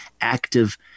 active